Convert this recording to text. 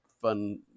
fun